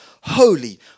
holy